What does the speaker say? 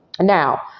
Now